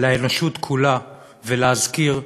לאנושות כולה ולהזכיר,